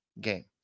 game